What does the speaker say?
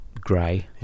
grey